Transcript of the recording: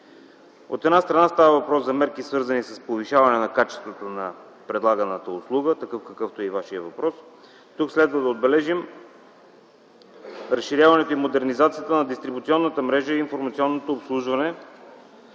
От една страна, става въпрос за мерки, свързани с повишаване на качеството на предлаганата услуга, какъвто е и Вашият въпрос. Тук следва да отбележим: разширяването и модернизацията на дистрибуционната мрежа и информационното обслужване